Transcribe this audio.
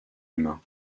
humain